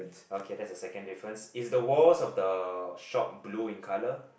okay that's the second difference is the walls of the shop blue in colour